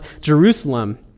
Jerusalem